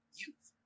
youth